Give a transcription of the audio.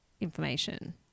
information